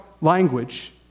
language